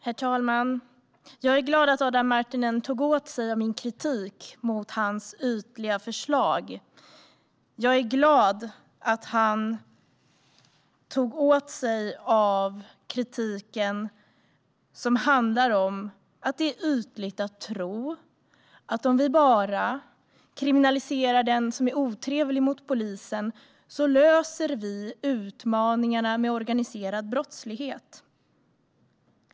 Herr talman! Jag är glad över att Adam Marttinen tog åt sig av min kritik mot hans ytliga förslag. Jag är glad över att han tog åt sig av kritiken att det är ytligt att tro att om vi bara kriminaliserar den som är otrevlig mot polisen löser vi utmaningarna med organiserad brottslighet.